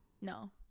No